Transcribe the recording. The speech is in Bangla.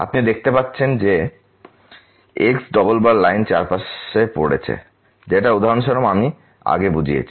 আপনি দেখতে পান যে X লাইন চারপাশে পড়ছে যেটা উদাহরণস্বরূপ আমি আগে বুঝিয়েছি